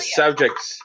subjects